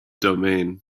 domain